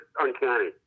uncanny